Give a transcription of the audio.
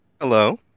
Hello